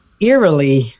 eerily